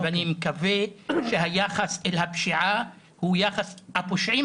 ואני מקווה שהיחס אל הפשיעה הוא היחס --- הפושעים